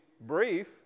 brief